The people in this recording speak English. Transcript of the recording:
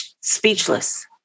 speechless